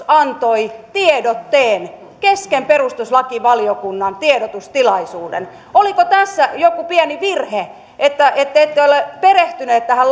antoi tiedotteen kesken perustuslakivaliokunnan tiedotustilaisuuden oliko tässä joku pieni virhe että ette ette ole perehtynyt tähän